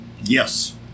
Yes